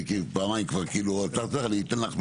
אני פעמיים עצרתי אותך, אני אתן לך במיוחד.